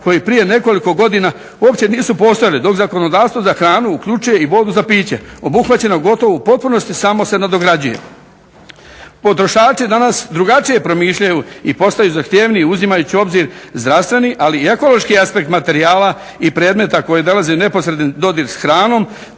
koji prije nekoliko godina uopće nisu postojali, dok zakonodavstvo za hranu uključuje i vodu za piće obuhvaćeno gotovo u potpunosti samo se nadograđuje. Potrošači danas drugačije promišljaju i postaju zahtjevniji uzimajući u obzir zdravstveni ali i ekološki aspekt materijala i predmeta koji dolaze u neposredni dodir s hranom,